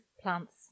plants